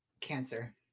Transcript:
Cancer